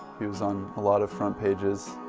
he was on a lot of front pages.